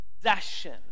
possession